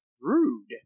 rude